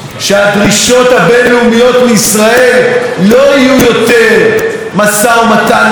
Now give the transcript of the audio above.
מישראל לא יהיו יותר משא ומתן עם הפלסטינים על שתי מדינות,